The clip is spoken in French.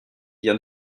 vient